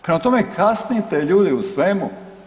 Prema tome, kasnite ljudi u svemu.